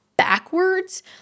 backwards